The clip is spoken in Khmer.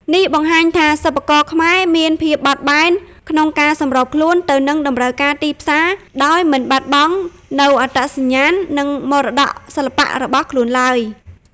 នេះបង្ហាញថា សិប្បករខ្មែរមានភាពបត់បែនក្នុងការសម្របខ្លួនទៅនឹងតម្រូវការទីផ្សារ ដោយមិនបាត់បង់នូវអត្តសញ្ញាណ និងមរតកសិល្បៈរបស់ខ្លួនឡើយ។